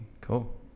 Cool